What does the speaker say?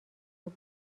خوب